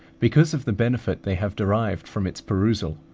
because of the benefit they have derived from its perusal,